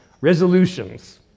Resolutions